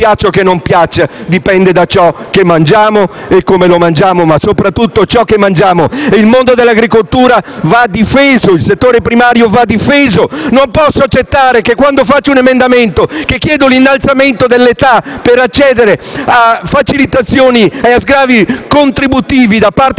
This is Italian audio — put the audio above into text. piaccia o no, dipende da ciò che mangiamo e da come mangiamo, ma soprattutto da ciò che mangiamo. Il mondo dell'agricoltura è un settore primario e va difeso. Non posso accettare che sia respinto un emendamento che chiede l'innalzamento dell'età per accedere a facilitazione e sgravi contributivi a favore